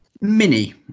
Mini